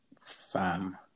Fam